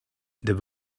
they